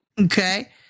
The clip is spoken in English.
Okay